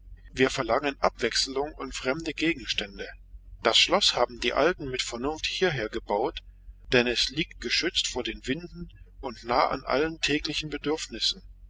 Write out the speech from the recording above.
wir verlangen abwechselung und fremde gegenstände das schloß haben die alten mit vernunft hieher gebaut denn es liegt geschützt vor den winden und nah an allen täglichen bedürfnissen